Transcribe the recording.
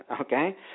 okay